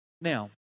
Now